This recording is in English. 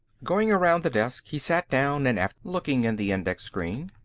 going around the desk, he sat down and, after looking in the index-screen,